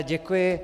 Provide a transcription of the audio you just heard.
Děkuji.